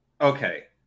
Okay